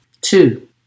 Two